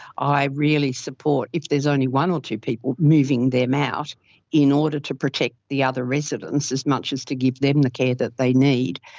i really support, if there is only one or two people, moving them out in order to protect the other residents as much as to give them the care that they need.